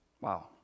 Wow